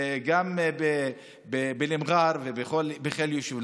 גם במר'אר ובכל יישוב.